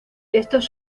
estos